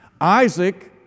Isaac